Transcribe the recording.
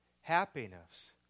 happiness